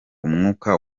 umwuka